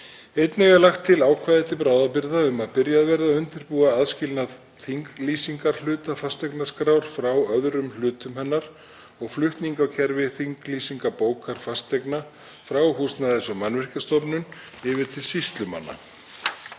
Einnig er lagt til ákvæði til bráðabirgða um að byrjað verði að undirbúa aðskilnað þinglýsingarhluta fasteignaskrár frá öðrum hlutum hennar og flutning á kerfi þinglýsingabókar fasteigna frá Húsnæðis- og mannvirkjastofnun yfir til sýslumanna.